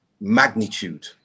magnitude